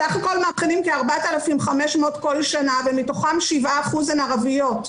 בסך הכל מאבחנים כ-4,500 כל שנה ומתוכן 7% הן ערביות.